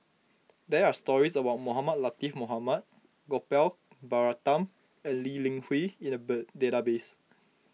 there are stories about Mohamed Latiff Mohamed Gopal Baratham and Lee Li Hui in the database